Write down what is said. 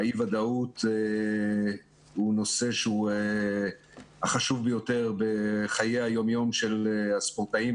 אי הוודאות זה הנושא החשוב ביותר בחיי היום יום של הספורטאים,